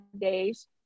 days